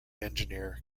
engineer